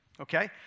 Okay